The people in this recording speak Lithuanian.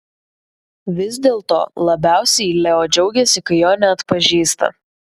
vis dėlto labiausiai leo džiaugiasi kai jo neatpažįsta